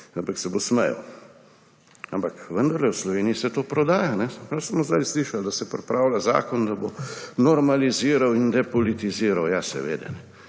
ampak se bo smejal. Ampak vendarle, v Sloveniji se to prodaja. Saj smo zdaj slišali, da se pripravlja zakon, da bo normaliziral in depolitiziral. Ja, seveda.